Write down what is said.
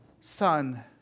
son